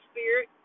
Spirit